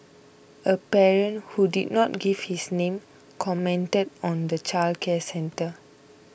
a parent who did not give his name commented on the childcare centre